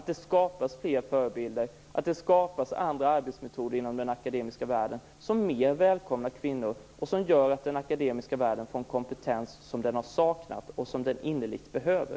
Det skapas fler förebilder och andra arbetsmetoder inom den akademiska världen som i större utsträckning välkomnar kvinnor och gör att den akademiska världen får en kompetens som den har saknat och som den innerligt behöver.